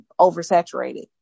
oversaturated